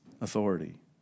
authority